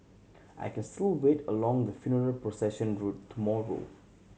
I can still wait along the funeral procession route tomorrow